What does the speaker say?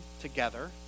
together